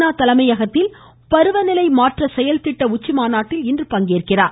நா தலைமையகத்தில் பருவநிலை மாற்ற செயல் திட்ட உச்சிமாநாட்டில் இன்று பங்கேற்கிறார்